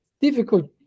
difficult